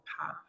path